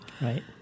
Right